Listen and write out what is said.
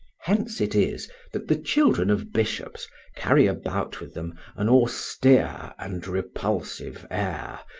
hence it is that the children of bishops carry about with them an austere and repulsive air,